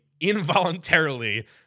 involuntarily